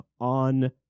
on